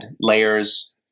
layers